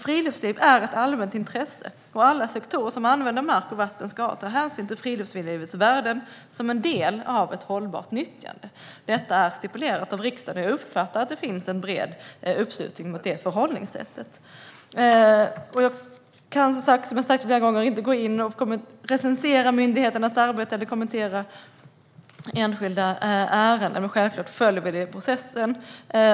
Friluftsliv är nämligen ett allmänt intresse, och alla sektorer som använder mark och vatten ska ta hänsyn till friluftslivets värden som en del av ett hållbart nyttjande. Detta är stipulerat av riksdagen, och jag uppfattar att det finns en bred uppslutning bakom det förhållningssättet. Som jag har sagt flera gånger kan jag inte gå in och recensera myndigheternas arbete eller kommentera enskilda ärenden, men självklart följer vi processen.